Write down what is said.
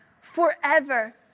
forever